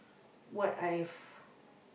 what I've